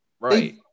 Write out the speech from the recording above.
Right